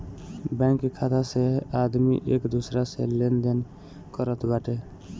bank खाता से आदमी एक दूसरा से लेनदेन करत बाटे